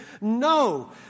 No